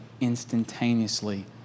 instantaneously